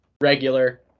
regular